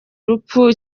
urupfu